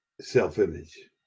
self-image